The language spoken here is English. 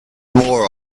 more